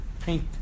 paint